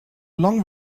long